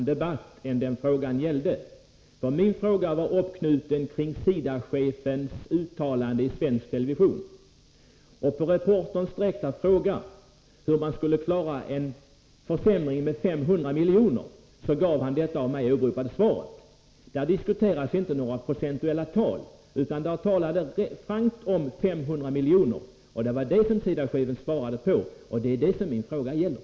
Herr talman! Nu för statsrådet faktiskt en annan debatt än den frågan gäller. Min fråga var uppknuten kring SIDA-chefens uttalande i svensk television. På reporterns direkta fråga hur man skulle klara en försämring med 500 milj.kr. gav han det av mig åberopade svaret. Där diskuterades inte några procentuella tal, utan man talade frankt om 500 miljoner. Det var det som SIDA-chefen svarade på, och det är det som min fråga gäller.